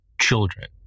children